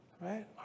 right